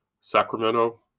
Sacramento